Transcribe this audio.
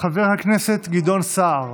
חבר הכנסת גדעון סער,